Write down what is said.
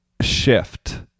shift